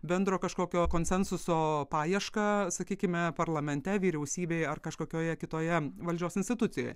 bendro kažkokio konsensuso paiešką sakykime parlamente vyriausybėj ar kažkokioje kitoje valdžios institucijoje